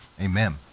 Amen